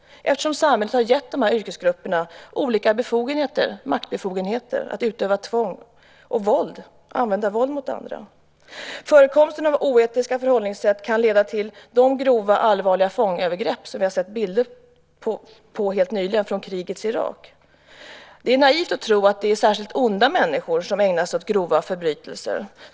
Samhället har ju gett dessa yrkesgrupper olika maktbefogenheter att utöva tvång och våld. Förekomsten av oetiska förhållningssätt kan leda till sådana grova och allvarliga fångövergrepp som vi helt nyligen har sett bilder på från krigets Irak. Det är naivt att tro att det är särskilt onda människor som ägnar sig åt grova förbrytelser.